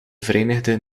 verenigde